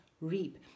reap